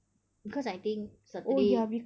because I think saturday